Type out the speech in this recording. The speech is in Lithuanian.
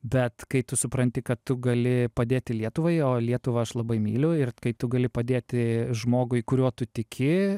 bet kai tu supranti kad tu gali padėti lietuvai o lietuvą aš labai myliu ir kai tu gali padėti žmogui kuriuo tu tiki